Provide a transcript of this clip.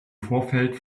vorfeld